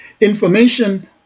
Information